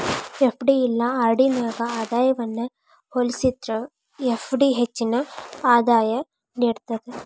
FD ಇಲ್ಲಾ RD ನ್ಯಾಗ ಆದಾಯವನ್ನ ಹೋಲಿಸೇದ್ರ ಎಫ್.ಡಿ ಹೆಚ್ಚಿನ ಆದಾಯ ನೇಡ್ತದ